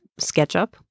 SketchUp